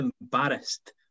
embarrassed